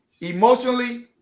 emotionally